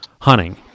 hunting